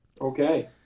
Okay